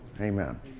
Amen